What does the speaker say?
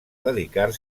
dedicar